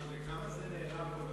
לכמה זה נערם,